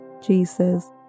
Jesus